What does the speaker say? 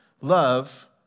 Love